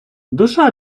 душа